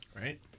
right